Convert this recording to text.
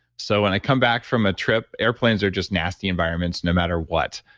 so, when i come back from a trip, airplanes are just nasty environments no matter what,